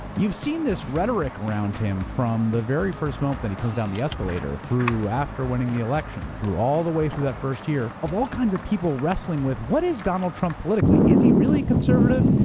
you've seen this rhetoric around him fro the very first moment that he comes down the escalator through after winning the election, through all the way through that first year, of all kinds of people wrestling with what is donald trump politically? is he really conservative?